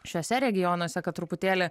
šiuose regionuose kad truputėlį